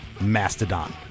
Mastodon